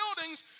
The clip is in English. buildings